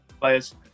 players